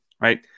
right